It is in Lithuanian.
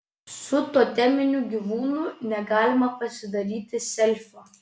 su toteminiu gyvūnu negalima pasidaryti selfio